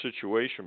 situation